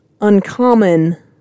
uncommon